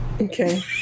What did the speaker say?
Okay